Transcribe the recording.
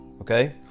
okay